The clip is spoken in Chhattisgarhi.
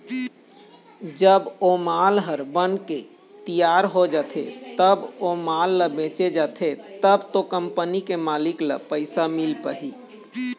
जब ओ माल ह बनके तियार हो जाथे तब ओ माल ल बेंचे जाथे तब तो कंपनी के मालिक ल पइसा मिल पाही